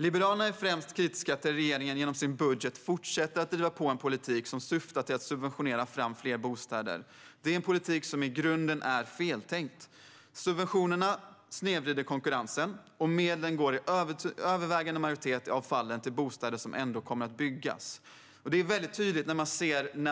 Liberalerna är främst kritiska till att regeringen genom sin budget fortsätter att driva på en politik som syftar till att subventionera fram fler bostäder. Det är en politik som i grunden är feltänkt. Subventionerna snedvrider konkurrensen, och medlen går i en majoritet av fallen till bostäder som ändå kommer att byggas. Det framgår mycket tydligt av när